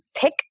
pick